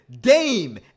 Dame